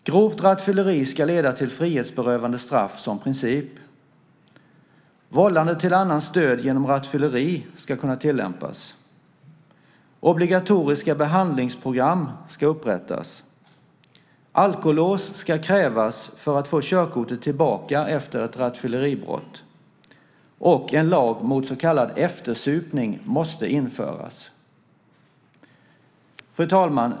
Grovt rattfylleri ska leda till frihetsberövande straff som princip. Vållande till annans död genom rattfylleri ska kunna tillämpas. Obligatoriska behandlingsprogram ska upprättas. Alkolås ska krävas för att få körkortet tillbaka efter ett rattfylleribrott. En lag mot så kallad eftersupning måste införas. Fru talman!